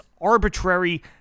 arbitrary